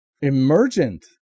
Emergent